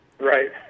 Right